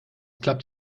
klappt